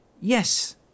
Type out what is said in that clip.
Yes